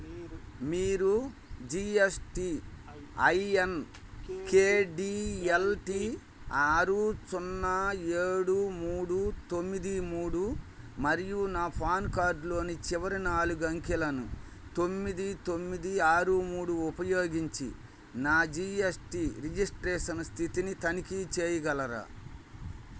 మీరు G S T I N K D L T ఆరు సున్నా ఏడు మూడు తొమ్మిది మూడు మరియు నా పాన్ కార్డ్లోని చివరి నాలుగు అంకెలను తొమ్మిది తొమ్మిది ఆరు మూడు ఉపయోగించి నా జీ ఎస్ టీ రిజిస్ట్రేషన్ స్థితిని తనిఖీ చేయగలరా